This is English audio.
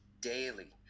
daily